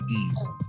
easy